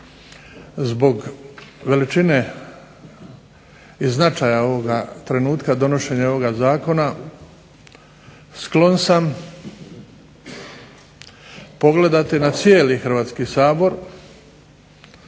zbog veličine i značaja ovoga trenutka donošenja ovoga Zakona sklon sam pogledati na cijeli Hrvatski sabor.